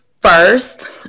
first